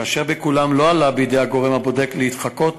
אשר בכולם לא עלה בידי הגורם הבודק להתחקות